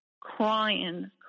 crying